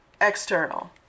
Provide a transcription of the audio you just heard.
external